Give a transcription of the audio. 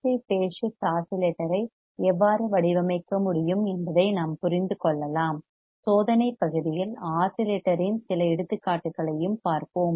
C RC phase shift ஆஸிலேட்டரை எவ்வாறு வடிவமைக்க முடியும் என்பதை நாம் புரிந்து கொள்ளலாம் சோதனைப் பகுதியில் ஆஸிலேட்டரின் சில எடுத்துக்காட்டுகளையும் பார்ப்போம்